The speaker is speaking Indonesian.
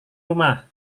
rumah